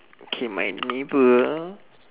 okay my neighbour